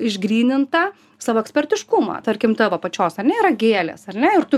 išgrynintą savo ekspertiškumą tarkim tavo pačios ar ne yra gėlės ar ne ir tu